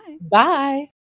Bye